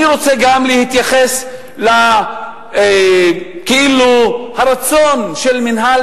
אני רוצה להתייחס כאילו לרצון של מינהל